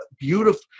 beautiful